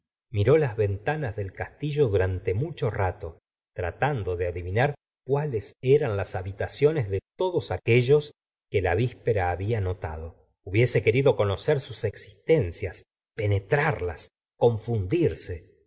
miró las ventanas del castillo durante mucho rato tratando de adivinar cuales eran las habitaciones de todos aquellos que la víspera había notado hubiese querido conocer sus existencias penetrarlas confundirse